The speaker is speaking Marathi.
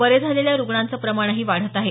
बरे झालेल्या रुगणांचे प्रमाणही वाढत आहे